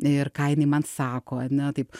ir ką jinai man sako ane taip